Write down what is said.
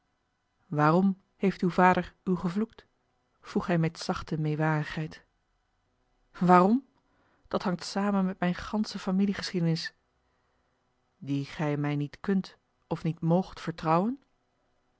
waarom heeft uw vader u gevloekt vroeg hij met zachte meêwarigheid waarom dat hangt samen met mijne gansche familiegeschiedenis die gij mij niet kunt of niet moogt vertrouwen